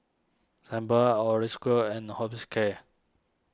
Sebamed Osteocare and Hospicare